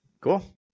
Cool